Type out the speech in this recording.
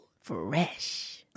Fresh